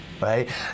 right